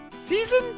Season